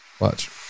Watch